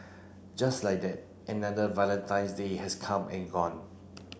just like that another Valentine's Day has come and gone